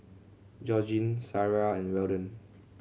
Georgene Sariah and Weldon